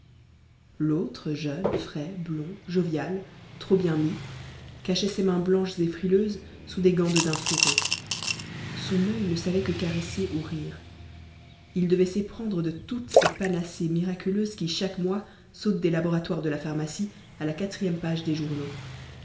l'autre jeune frais blond jovial trop bien mis cachait ses mains blanches et frileuses sous des gants de daim fourrés son œil ne savait que caresser ou rire il devait s'éprendre de toutes ces panacées miraculeuses qui chaque mois sautent des laboratoires de la pharmacie à la quatrième page des journaux